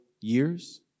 years